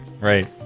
Right